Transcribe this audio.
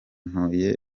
ntuye